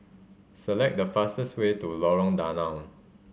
select the fastest way to Lorong Danau